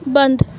بند